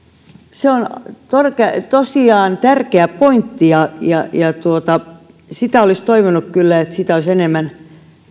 se on tosiaan tärkeä pointti ja ja olisi kyllä toivonut että sitä olisi enemmän